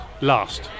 last